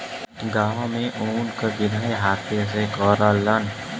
गांव में ऊन क बिनाई हाथे से करलन